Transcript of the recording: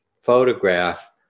photograph